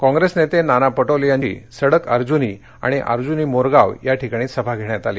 काँग्रेस नेते नाना पटोले यांची सडक अर्जुनी आणि अर्जुनी मोरगाव या ठिकाणी सभा घेण्यात आली